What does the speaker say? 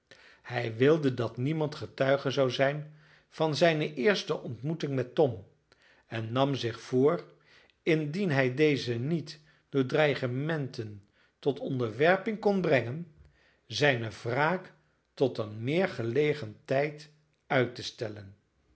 hij wilde dat niemand getuige zou zijn van zijne eerste ontmoeting met tom en nam zich voor indien hij dezen niet door dreigementen tot onderwerping kon brengen zijne wraak tot een meer gelegen tijd uit te stellen